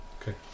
Okay